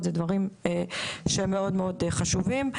אלו דברים מאוד חשובים.